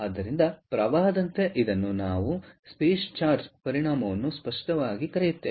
ಆದ್ದರಿಂದ ಪ್ರವಾಹದಂತೆ ಇದನ್ನು ನಾವು ಸ್ಪೇಸ್ ಚಾರ್ಜ್ ಪರಿಣಾಮವನ್ನು ಸ್ಪಷ್ಟವಾಗಿ ಕರೆಯುತ್ತೇವೆ